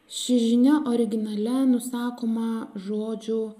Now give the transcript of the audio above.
ši žinia originale nusakoma žodžiu